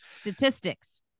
Statistics